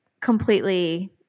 completely